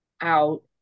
out